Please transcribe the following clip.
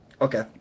Okay